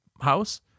house